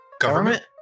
Government